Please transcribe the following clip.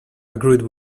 agreed